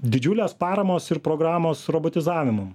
didžiulės paramos ir programos robotizavimam